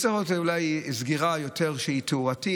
צריכה להיות אולי סגירה שהיא יותר של תאורה,